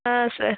ಹಾಂ ಸರ್